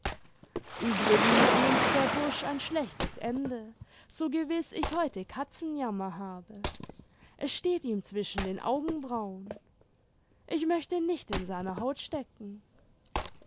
uebrigens nimmt der bursch ein schlechtes ende so gewiß ich heute katzenjammer habe es steht ihm zwischen den augenbrauen ich möchte nicht in seiner haut stecken